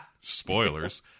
Spoilers